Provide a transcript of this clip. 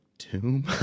Tomb